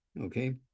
okay